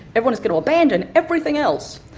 everyone is going to abandon everything else.